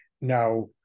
now